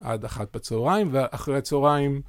עד אחת בצהריים ואחרי צהריים.